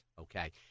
Okay